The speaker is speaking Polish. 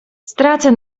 stracę